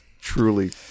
truly